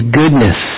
goodness